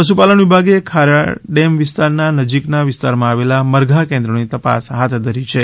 પશુપાલન વિભાગે ખારો ડેમ વિસ્તારના નજીકના વિસ્તારમાં આવેલા મરઘા કેન્દ્રોની તપાસ હાથ ધરી છે